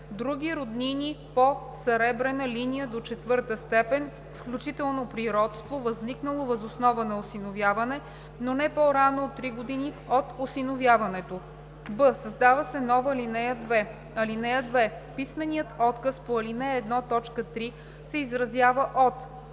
други роднини по съребрена линия до четвърта степен, включително при родство, възникнало въз основа на осиновяване, но не по-рано от три години от осиновяването.“; б) създава се нова ал. 2: „(2) Писменият отказ по ал. 1, т. 3 се изразява от: